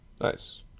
Nice